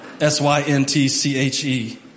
S-Y-N-T-C-H-E